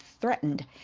threatened